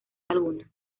alguna